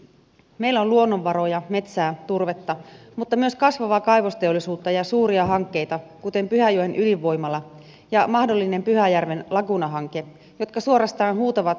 meillä on luonnonvaroja metsää turvetta mutta myös kasvavaa kaivosteollisuutta ja suuria hankkeita kuten pyhäjoen ydinvoimala ja mahdollinen pyhäjärven laguunahanke jotka suorastaan huutavat koulutettua väkeä maakuntaan